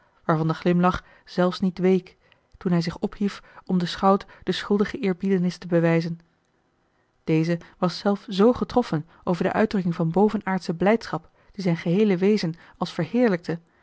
waarvan de glimlach zelfs niet week toen hij zich ophief om den schout de schuldige eerbiedenis te bewijzen deze was zelf z getroffen over de uitdrukking van bovenaardsche blijdschap die zijn geheele wezen als verheerlijkte